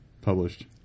published